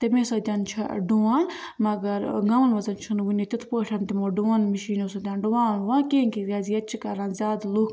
تٔمے سۭتۍ چھِ ڈُوان مگر ٲں گامَن منٛز چھُنہٕ وُنہِ تِتھ پٲٹھۍ تِمو ڈُون مِشیٖنو سۭتۍ ڈُوان وُوان کیٚنٛہہ کہِ کیٛازِ ییٚتہِ چھِ کَران زیادٕ لوٗکھ